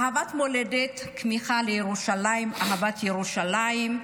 אהבת המולדת, הכמיהה לירושלים, אהבת ירושלים,